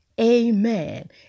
amen